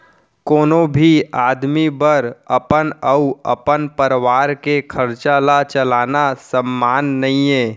कोनो भी आदमी बर अपन अउ अपन परवार के खरचा ल चलाना सम्मान नइये